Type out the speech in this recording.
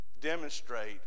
demonstrate